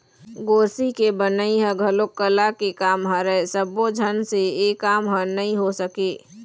गोरसी के बनई ह घलोक कला के काम हरय सब्बो झन से ए काम ह नइ हो सके